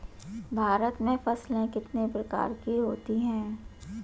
भारत में फसलें कितने प्रकार की होती हैं?